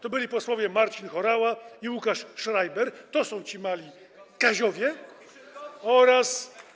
To byli posłowie Marcin Horała i Łukasz Schreiber - to są ci mali Kaziowie - oraz.